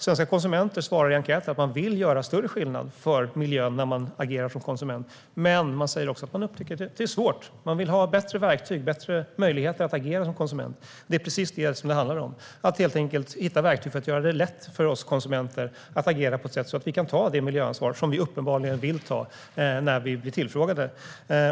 Svenska konsumenter svarar i enkäter att de vill göra större skillnad för miljön när de agerar som konsumenter. Men man säger också att man upptäcker att det är svårt. Man vill ha bättre verktyg och bättre möjligheter att agera som konsument. Det är precis det som det handlar om - att helt enkelt hitta verktyg för att göra det lätt för oss konsumenter att agera på ett sätt som gör att vi kan ta det miljöansvar som vi uppenbarligen vill ta, att döma av vad vi svarar när vi blir tillfrågade.